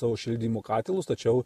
savo šildymo katilus tačiau